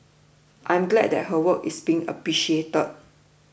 I am glad that her work is being appreciated